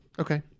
Okay